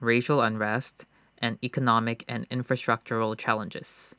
racial unrest and economic and infrastructural challenges